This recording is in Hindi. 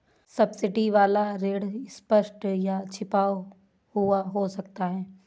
सब्सिडी वाला ऋण स्पष्ट या छिपा हुआ हो सकता है